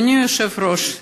אדוני היושב-ראש,